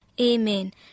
Amen